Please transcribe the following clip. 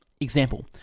Example